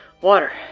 Water